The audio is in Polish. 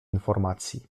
informacji